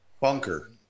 bunker